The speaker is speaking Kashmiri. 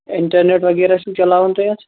اِنٹرنیٹ وَغیرہ چھِو چلاوان تُہۍ اتھ